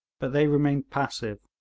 but they remained passive.